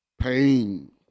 Pain